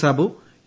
Sabu U